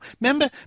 remember